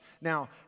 Now